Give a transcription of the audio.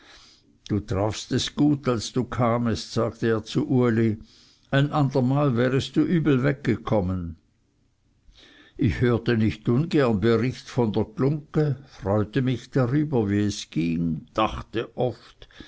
du trafst es gut als du kamest sagte er zu uli ein andermal wärest du übel weggekommen ich hörte nicht ungern bericht von der glungge freute mich darüber wie es ging dachte oft